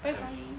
bye bye